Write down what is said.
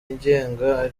yigenga